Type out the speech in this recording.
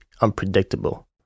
unpredictable